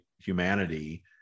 humanity